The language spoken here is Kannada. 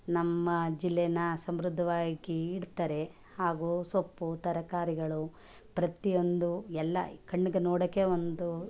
ನಮ್ಮ ಜಿಲ್ಲೆನ ಸಮೃದ್ಧವಾಗಿ ಇಡ್ತಾರೆ ಹಾಗೂ ಸೊಪ್ಪು ತರಕಾರಿಗಳು ಪ್ರತಿಯೊಂದು ಎಲ್ಲ ಕಣ್ಗೆ ನೋಡೋಕೆ ಒಂದು